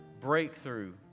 breakthrough